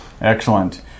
excellent